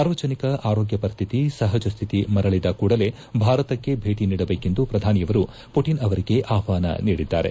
ಸಾರ್ವಜನಿಕ ಆರೋಗ್ಯ ಪರಿಸ್ಟಿತಿ ಸಪಜಸ್ಟಿತಿ ಮರಳಿದ ಕೂಡಲೇ ಭಾರತಕ್ಕೆ ಭೇಟ ನೀಡಬೇಕೆಂದು ಪ್ರಧಾನಿಯವರು ಮಟನ್ ಅವರಿಗೆ ಆಹ್ಲಾನ ನೀಡಿದ್ದಾರೆ